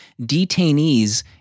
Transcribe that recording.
detainees